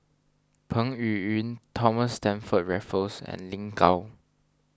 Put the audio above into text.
Peng Yuyun Thomas Stamford Raffles and Lin Gao